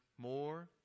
more